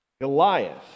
Goliath